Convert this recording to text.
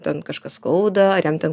ten kažką skauda ar jam ten